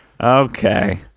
Okay